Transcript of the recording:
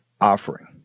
offering